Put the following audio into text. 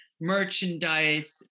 merchandise